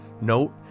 note